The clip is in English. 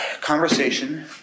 conversation